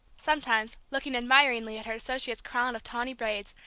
sometimes, looking admiringly at her associate's crown of tawny braids,